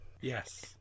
yes